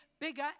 bigger